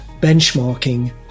benchmarking